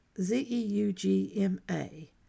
Z-E-U-G-M-A